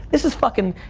this is fucking,